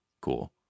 cool